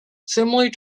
similarly